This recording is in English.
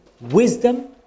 wisdom